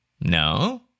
No